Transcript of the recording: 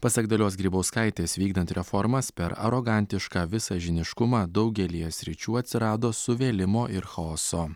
pasak dalios grybauskaitės vykdant reformas per arogantišką visažiniškumą daugelyje sričių atsirado suvėlimo ir chaoso